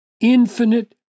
infinite